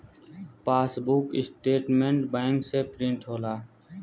passbook statement bank से print होला